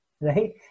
right